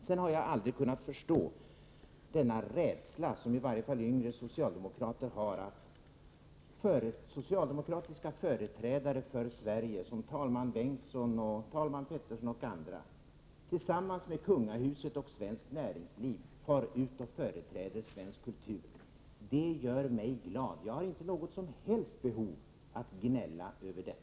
Sedan har jag aldrig kunnat förstå den rädsla som i varje fall yngre socialdemokrater har för att socialdemokratiska företrädare för Sverige, som talman Bengtsson, talman Peterson och andra, tillsammans med kungahuset och svenskt näringsliv far ut och företräder svensk kultur. Det gör mig glad. Jag har inte något som helst behov av att gnälla över det.